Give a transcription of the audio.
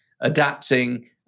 adapting